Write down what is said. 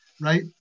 right